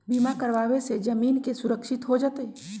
बीमा करावे से जीवन के सुरक्षित हो जतई?